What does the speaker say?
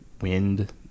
wind